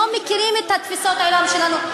לא מכירים את תפיסות העולם שלנו.